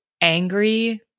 angry